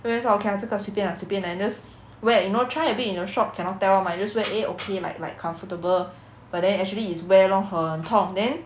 wear wear 说 okay lah 这个 lah 随便 lah 随便 lah then just wear you know try a bit in the shop cannot tell [one] mah just wear eh okay like like comfortable but then actually is wear long 很痛 then